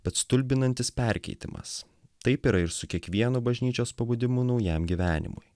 bet stulbinantis perkeitimas taip yra ir su kiekvienu bažnyčios pabudimu naujam gyvenimui